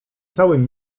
całym